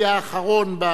הוגה רעיון החיבוק.